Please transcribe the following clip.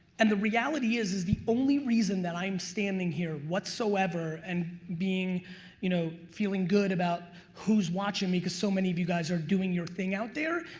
and the reality is, is the only reason that i'm standing here, whatsoever, and you know feeling good about who's watching me, cause so many of you guys are doing your thing out there,